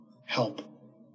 Help